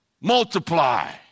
multiply